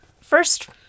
first